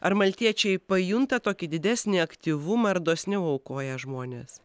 ar maltiečiai pajunta tokį didesnį aktyvumą ir dosniau aukoja žmonės